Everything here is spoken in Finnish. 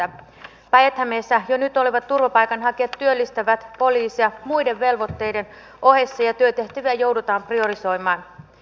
päijät hämeessä jo nyt olevat turvapaikanhakijat työllistävät poliisia muiden velvoitteiden ohessa ja työtehtäviä joudutaan priorisoimaan